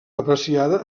apreciada